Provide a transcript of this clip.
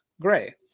gray